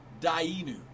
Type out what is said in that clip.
dainu